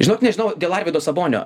žinok nežinau dėl arvydo sabonio